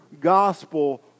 gospel